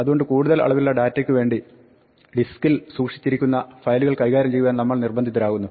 അതുകൊണ്ട് കൂടുതൽ അളവിലുള്ള ഡാറ്റയ്ക്ക വേണ്ടി ഡിസ്ക്കിൽ സൂക്ഷിച്ചിരിക്കുന്ന ഫയലുകൾ കൈകാര്യം ചെയ്യുവാൻ നമ്മൾ നിർബന്ധിതരാകുന്നു